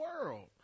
world